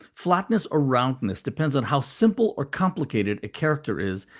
flatness or roundness depends on how simple or complicated a character is,